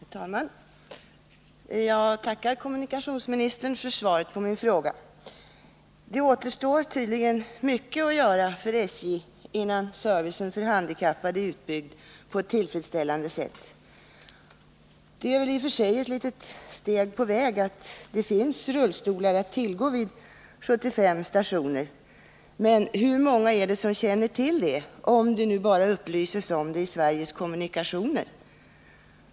Herr talman! Jag tackar kommunikationsministern för svaret på min fråga. Det återstår tydligen mycket att göra för SJ innan servicen för handikappade är utbyggd på ett tillfredsställande sätt. Det är väl i och för sig ett litet steg på vägen att det finns rullstolar att tillgå vid 75 stationer. Men hur många är det som känner till det, om det nu bara upplyses om det i Sveriges Kommunikationer?